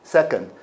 Second